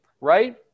right